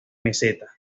meseta